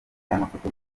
amafoto